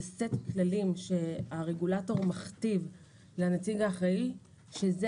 זה סט כללים שהרגולטור מכתיב לנציג האחראי שזה